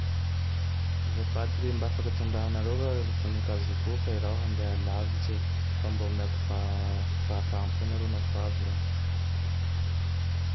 Azafady rehe. Mba afaky tondrahanareo va vonikazoko io fa i raho handeha lavitse. Fa mba omeko fa-fahafaham-po nareo nao fa avy raho.